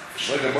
רגע,